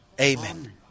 Amen